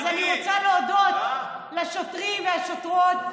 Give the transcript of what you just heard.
אז אני רוצה להודות לשוטרים ולשוטרות.